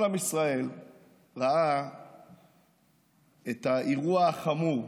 כל עם ישראל ראה את האירוע החמור,